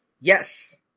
Yes